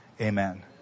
amen